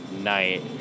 night